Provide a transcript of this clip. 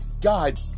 God